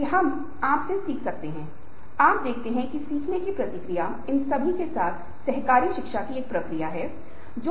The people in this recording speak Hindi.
सभी प्रकार के सहयोगात्मक शौक जैसे बुनाई सिलाई ड्राइंग वुडवर्किंग घर की मरम्मत ये सभी चीजें मस्तिष्क को ध्यान की स्थिति में लाती हैं